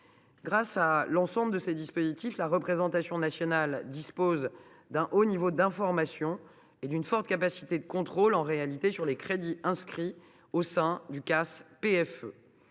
Grâce à l’ensemble de ces dispositifs, la représentation nationale dispose d’un très haut niveau d’information et d’une forte capacité de contrôle sur les crédits inscrits au sein du compte